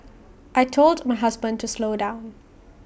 I Told my husband to slow down